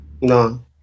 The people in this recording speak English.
No